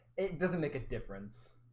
it doesn't make a difference